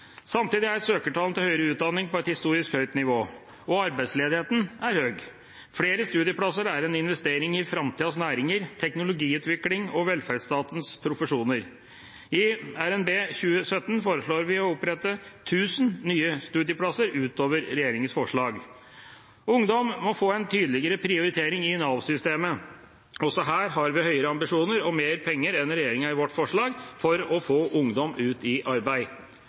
Samtidig er søkertallene til høyere utdanning på et historisk høyt nivå, og arbeidsledigheten er høy. Flere studieplasser er en investering i framtidas næringer, teknologiutvikling og velferdsstatens profesjoner. I RNB for 2017 foreslår vi å opprette 1 000 nye studieplasser utover regjeringens forslag. Ungdom må få en tydeligere prioritering i Nav-systemet. Også her har vi høyere ambisjoner og mer penger enn regjeringa i vårt forslag for å få ungdom ut i arbeid.